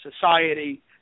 society